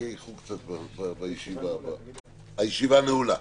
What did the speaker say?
הישיבה נעולה.